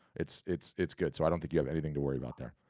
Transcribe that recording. it's it's it's good so i don't think you have anything to worry about there.